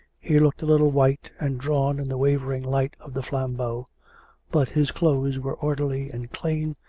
he looked a little white and drawn in the wavering light of the flambeau but his clothes were orderly and clean,